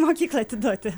mokyklą atiduoti